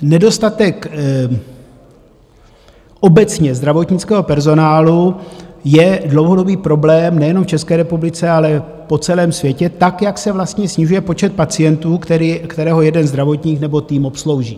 Nedostatek obecně zdravotnického personálu je dlouhodobý problém nejenom v České republice, ale po celém světě, jak se vlastně snižuje počet pacientů, které jeden zdravotník nebo tým obslouží.